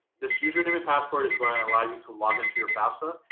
this username and password is when i allow you to log into your fafsa.